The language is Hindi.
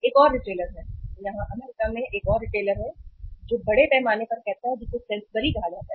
एक और रिटेलर है यहाँ अमेरिका में एक और रिटेलर है जो बड़े पैमाने पर कहता है जिसे सेन्सबरी कहा जाता है